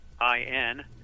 I-N